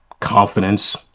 confidence